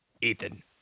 Ethan